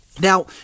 Now